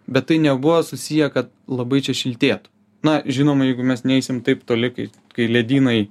bet tai nebuvo susiję kad labai čia šiltėtų na žinoma jeigu mes neisim taip toli kaip kai ledynai